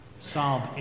Psalm